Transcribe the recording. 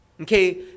Okay